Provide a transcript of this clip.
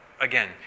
again